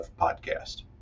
podcast